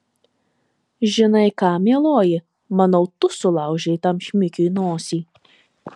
žinai ką mieloji manau tu sulaužei tam šmikiui nosį